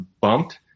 bumped